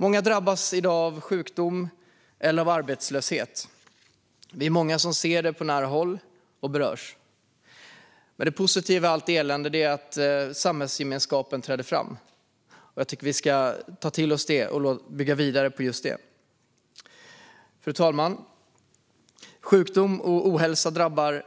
Många drabbas i dag av sjukdom eller arbetslöshet. Vi är många som ser det på nära håll och berörs. Det positiva i allt elände är ändå att samhällsgemenskapen träder fram. Jag tycker att vi ska ta till oss det och bygga vidare på just det. Fru talman! Sjukdom och ohälsa drabbar